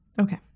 Okay